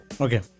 Okay